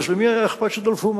למי היה אכפת שדלפו מים?